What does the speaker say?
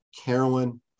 Carolyn